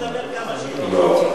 תדברי כמה שאת רוצה.